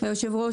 היושב ראש,